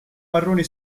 marroni